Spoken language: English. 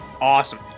Awesome